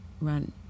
run